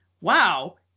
wow